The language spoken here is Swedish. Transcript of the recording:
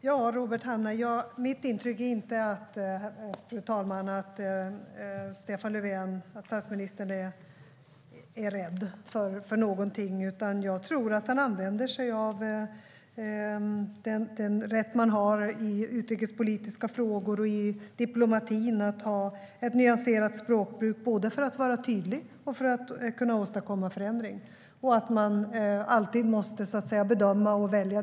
Fru talman! Mitt intryck är inte att statsminister Stefan Löfven är rädd för någonting, Robert Hannah. Jag tror i stället att han använder sig av den rätt man har att i utrikespolitiska frågor och i diplomatin ha ett nyanserat språkbruk, både för att vara tydlig och för att kunna åstadkomma förändring. Man måste alltid bedöma och välja.